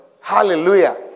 Hallelujah